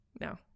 no